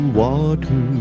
water